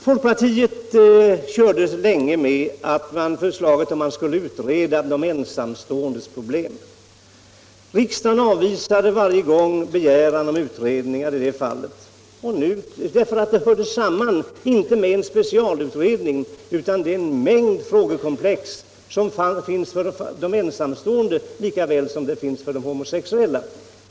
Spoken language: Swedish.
Folkpartiet hade Tisdagen den länge ett förslag om att utreda de ensamståendes problem. Riksdagen 9 december 1975 avvisade varje gång denna begäran om utredning därför att det är en — LL mängd frågor som finns för de ensamstående lika väl som för de ho De homosexuellas mosexuella.